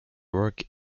work